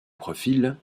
profil